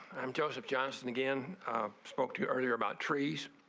i'm joseph johnson again spoke to earlier about trees